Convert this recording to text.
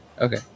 Okay